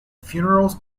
funerals